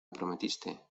prometiste